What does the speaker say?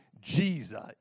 Jesus